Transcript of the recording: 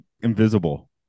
invisible